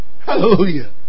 Hallelujah